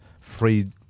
free